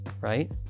right